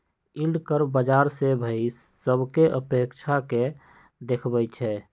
yield curve बाजार से भाइ सभकें अपेक्षा के देखबइ छइ